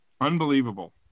unbelievable